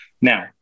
Now